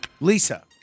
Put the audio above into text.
Lisa